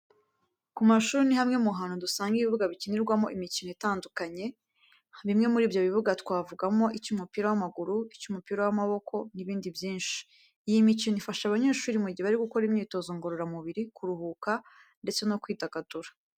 Ku mashuri ni hamwe mu hantu dusanga ibibuga bikinirwaho imikino itandukanye. Bimwe muri ibyo bibuga twavugamo nk'icyumupira w'amaguru, icy'umupira w'amaboko n'ibindi byinshi. Iyi mikino ifasha abanyeshuri mu gihe bari gukora imyitozo ngororamubiri, kuruhuka ndetse no kwidagadura.